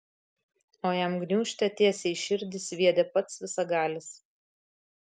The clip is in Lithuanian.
o jam gniūžtę tiesiai į širdį sviedė pats visagalis